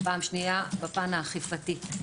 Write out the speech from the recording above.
בפעם השנייה בפן האכיפתי.